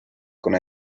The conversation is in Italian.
con